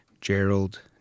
Gerald